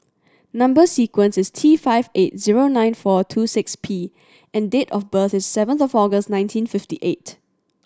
number sequence is T five eight zero nine four two six P and date of birth is seventh of August nineteen fifty eight